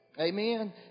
Amen